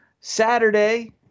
Saturday